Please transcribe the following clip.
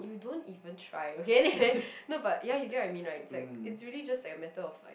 you don't even try okay anyway you know but ya you get what I mean right it's like it's just really a matter of